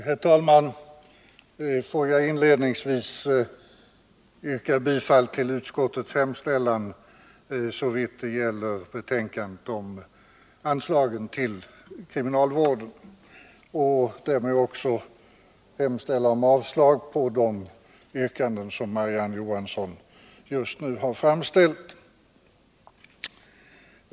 Herr talman! Jag ber inledningsvis att få yrka bifall till utskottets hemställan såvitt gäller anslagen till kriminalvården och därmed också hemställa om avslag på de yrkanden som Marie-Ann Johansson just nu har framställt.